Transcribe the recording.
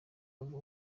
avuga